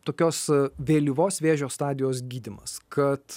tokios vėlyvos vėžio stadijos gydymas kad